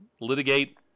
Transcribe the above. Litigate